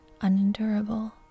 unendurable